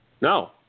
No